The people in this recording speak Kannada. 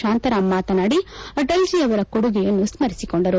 ಶಾಂತಾರಾಮ್ ಮಾತನಾಡಿ ಅಟಲ್ ಜೀಯವರ ಕೊಡುಗೆಯನ್ನು ಸ್ಕರಿಸಿಕೊಂಡರು